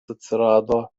atsirado